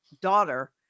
daughter